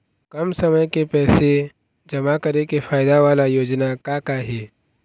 कम समय के पैसे जमा करे के फायदा वाला योजना का का हे?